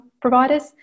providers